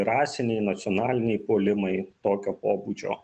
rasiniai nacionaliniai puolimai tokio pobūdžio